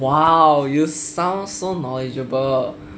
!wow! you sound so knowledgeable